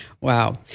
Wow